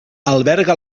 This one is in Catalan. alberga